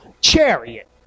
chariot